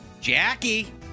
Jackie